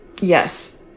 Yes